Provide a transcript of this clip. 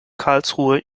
karlsruhe